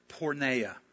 porneia